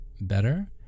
better